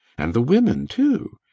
and the women, too!